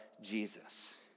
Jesus